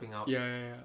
ya ya ya